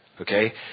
Okay